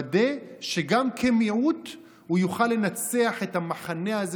לוודא שגם כמיעוט הוא יוכל לנצח את המחנה הזה,